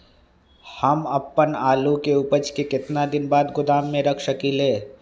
हम अपन आलू के ऊपज के केतना दिन बाद गोदाम में रख सकींले?